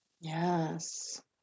Yes